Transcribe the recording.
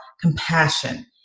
compassion